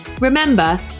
Remember